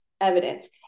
evidence